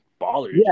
Ballers